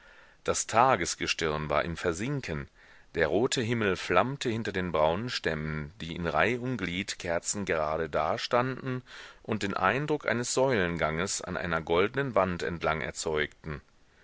das tagesgestirn war im versinken der rote himmel flammte hinter den braunen stämmen die in reih und glied kerzengerade dastanden und den eindruck eines säulenganges an einer goldnen wand entlang erzeugten